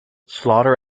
slaughter